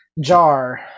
jar